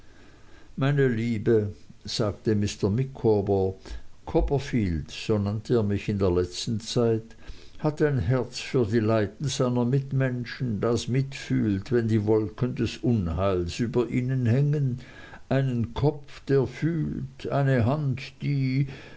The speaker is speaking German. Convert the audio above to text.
meine liebe sagte mr micawber copperfield so nannte er mich in der letzten zeit hat ein herz für die leiden seiner mitmenschen das mitfühlt wenn die wolken des unheils über ihnen hängen einen kopf der fühlt eine hand die